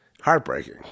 Heartbreaking